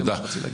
תודה.